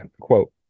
quote